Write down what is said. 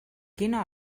quina